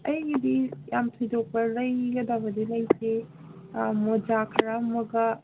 ꯑꯩꯒꯤꯗꯤ ꯌꯥꯝ ꯊꯣꯏꯗꯣꯛꯄ ꯂꯩꯒꯗꯕꯗꯤ ꯂꯩꯇꯦ ꯃꯣꯖꯥ ꯈꯔ ꯑꯃꯒ